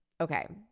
okay